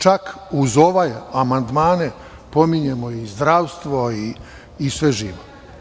Čak i uz ove amandmane pominjemo zdravstvo i sve živo.